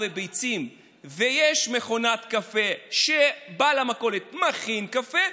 וביצים ויש מכונת קפה ובעל המכולת מכין קפה,